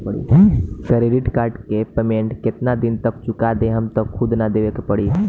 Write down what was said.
Credit card के payment केतना दिन तक चुका देहम त सूद ना देवे के पड़ी?